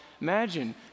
imagine